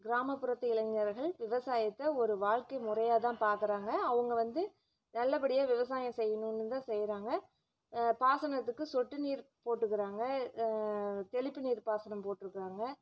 கிராமப்புறத்து இளைஞர்கள் விவசாயத்தை ஒரு வாழ்க்கை முறையாக தான் பார்க்குறாங்க அவங்க வந்து நல்லபடியாக விவசாயம் செய்யணுன்னு தான் செய்கிறாங்க பாசனத்துக்கு சொட்டு நீர் போட்டுக்கிறாங்க தெளிப்பு நீர் பாசனம் போட்டிருக்குறாங்க